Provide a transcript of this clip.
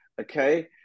okay